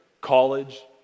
college